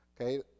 Okay